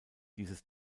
dieses